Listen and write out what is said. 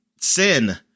Sin